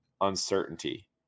uncertainty